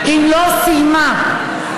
אם לא עושים, מה?